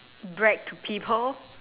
brag to people